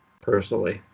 personally